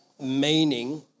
meaning